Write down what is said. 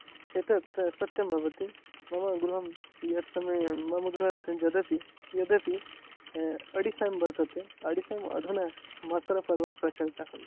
एतद् तु सत्यं भवति मम गृहं यत्समये मम गृहात् यदपि यदपि अडिसन् वर्तते अडिसन् अधुना मकरपर्व प्रचलिताः सन्ति